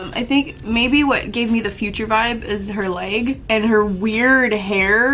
um i think maybe what gave me the future vibe is her leg and her weird hair